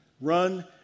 Run